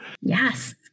Yes